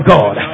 God